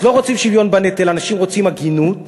אז לא רוצים שוויון בנטל, אנשים רוצים הגינות.